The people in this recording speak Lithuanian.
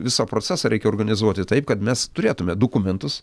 visą procesą reikia organizuoti taip kad mes turėtume dokumentus